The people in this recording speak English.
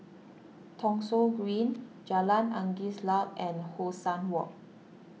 Thong Soon Green Jalan Angin Laut and Hong San Walk